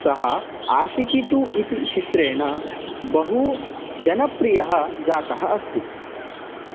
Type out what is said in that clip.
सः आशिकी टू इति चित्रेण बहुजनप्रियः जातः अस्ति